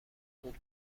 بود